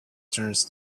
turns